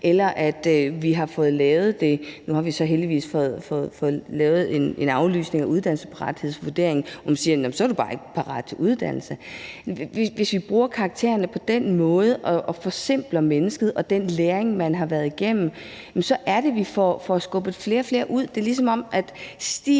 med 10- og 12-taller. Nu har vi heldigvis fået lavet en aflysning af uddannelsesparathedsvurderingen, hvor man siger: Nå, men så er du bare ikke parat til uddannelse. Hvis vi bruger karaktererne på den måde og forsimpler mennesket og den læring, man har været igennem, er det, at vi får skubbet flere og flere ud. Det er, som om stien